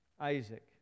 Isaac